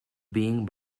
being